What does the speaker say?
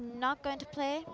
not going to play